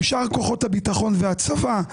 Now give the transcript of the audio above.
עם שאר כוחות הביטחון והצבא,